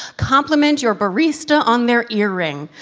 compliment your barista on their earring.